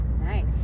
Nice